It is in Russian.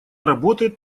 работает